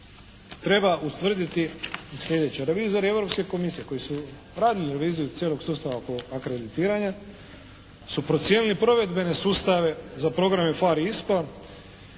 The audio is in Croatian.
treba ustvrditi sljedeće. Revizori Europske komisije koji su radili reviziju cijelog sustava po akreditiranje su procijenili provedbene sustave za programe PHARE i ISPA